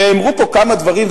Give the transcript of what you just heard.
נאמרו פה כמה דברים,